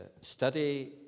study